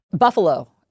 Buffalo